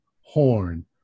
horn